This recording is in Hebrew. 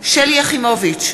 שלי יחימוביץ,